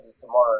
tomorrow